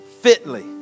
fitly